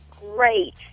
great